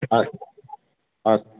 अस्तु अस्तु